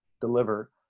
deliver